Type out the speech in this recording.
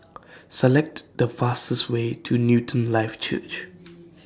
Select The fastest Way to Newton Life Church